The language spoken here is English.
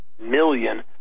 million